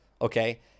okay